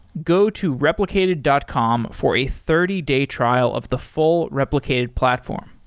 go to replicated dot com for a thirty day trial of the full replicated platform.